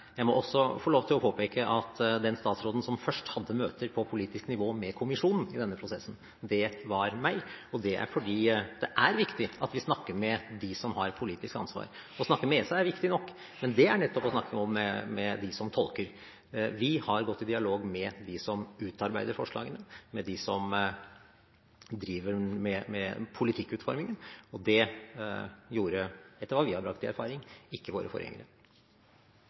jeg må få lov til å påpeke at den statsråden som først hadde møter på politisk nivå med kommisjonen i denne prosessen, var meg, og det er fordi det er viktig å snakke med dem som har politisk ansvar. Å snakke med ESA er viktig nok – men det er nettopp å snakke med dem som tolker. Vi har gått i dialog med dem som utarbeider forslagene, med dem som driver med politikkutformingen, og det gjorde ikke – etter det vi har brakt i erfaring – våre forgjengere.